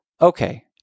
Okay